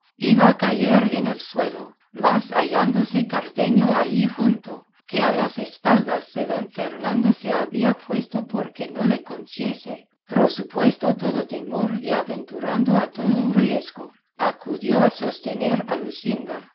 iba a caer en el suelo mas hallándose cardenio allí junto que a las espaldas de don fernando se había puesto porque no le conociese prosupuesto todo temor y aventurando a todo riesgo acudió a sostener